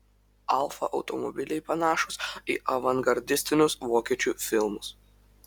alfa automobiliai panašūs į avangardistinius vokiečių filmus